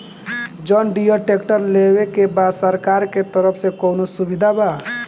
John Deere tractor लेवे के बा सरकार के तरफ से कौनो सुविधा बा?